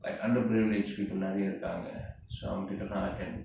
underprivileged people நிரைய இருக்காங்க:niraya irukaanga so அவங்ககிட்ட:avanga kitta I can